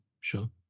Sure